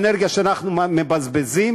ואנרגיה שאנחנו מבזבזים